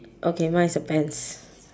okay mine is a pants